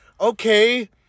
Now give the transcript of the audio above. okay